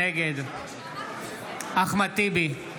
נגד אחמד טיבי,